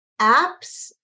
apps